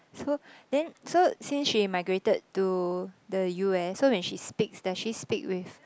so then so since she migrated to the U_S so when she speaks does she speak with